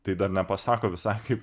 tai dar nepasako visai kaip